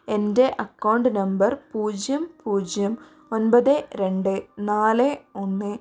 എൻ്റെ account number പൂജ്യം പൂജ്യം ഒൻപത് രണ്ട് നാല് ഒന്ന്